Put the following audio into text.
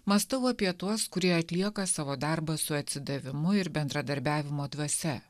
mąstau apie tuos kurie atlieka savo darbą su atsidavimu ir bendradarbiavimo dvasia